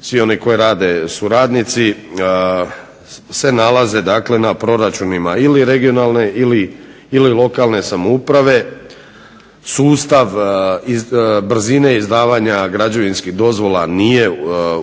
svi oni koji rade su radnici, se nalaze na proračunima ili regionalne ili lokalne samouprave. Sustav izdavanja građevinskih dozvola nije